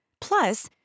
Plus